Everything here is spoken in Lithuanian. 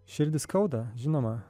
širdį skauda žinoma